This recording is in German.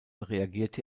reagierte